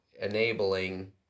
enabling